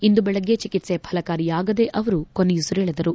ಇಂದು ಬೆಳಿಗ್ಗೆ ಚಿಕಿತ್ಸೆ ಫಲಕಾರಿಯಾಗದೆ ಅವರು ಕೊನೆಯುಸಿರೆಳೆದರು